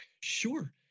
Sure